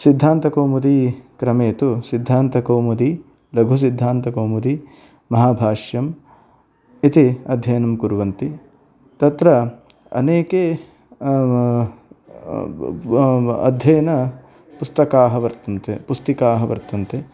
सिद्धान्तकौमुदी क्रमे तु सिद्धान्तकौमुदी लघुसिद्धान्तकौमुदी महाभाष्यम् इति अध्ययनं कुर्वन्ति तत्र अनेके अध्ययन पुस्तकानि पुस्तिकानि वर्तन्ते